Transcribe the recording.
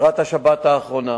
לקראת השבת האחרונה